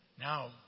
Now